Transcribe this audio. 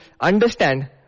understand